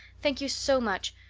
thank you so much.